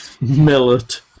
Millet